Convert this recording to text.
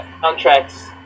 contracts